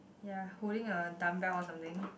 ya holding a dumbbell or something